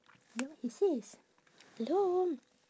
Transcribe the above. then what he says hello